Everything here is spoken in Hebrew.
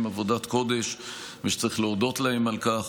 עבודת קודש ושצריך להודות להם על כך,